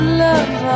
love